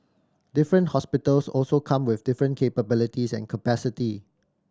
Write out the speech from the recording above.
different hospitals also come with different capabilities and capacity